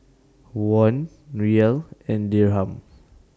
Won Riyal and Dirham